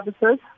services